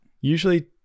Usually